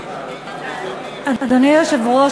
אדוני היושב-ראש,